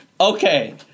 okay